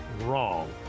wrong